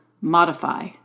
modify